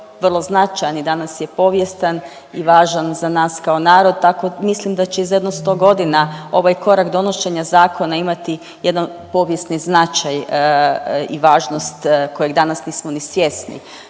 vrlo značajan i danas je povijestan i važan za nas kao narod, tako mislim da će za jedno 100 godina ovaj korak donošenja zakona imati jedan povijesni značaj i važnost kojeg danas nismo ni svjesni.